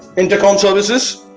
intercom services